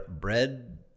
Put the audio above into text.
bread